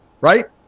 right